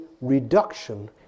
reduction